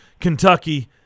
Kentucky